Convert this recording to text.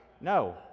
No